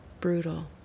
Brutal